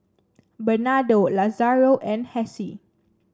Bernardo Lazaro and Hassie